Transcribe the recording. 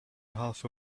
half